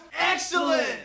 Excellent